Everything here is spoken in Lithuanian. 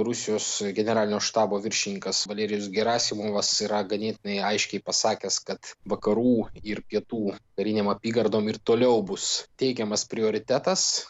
rusijos generalinio štabo viršininkas valerijus gerasimovas yra ganėtinai aiškiai pasakęs kad vakarų ir kitų karinėm apygardom ir toliau bus teikiamas prioritetas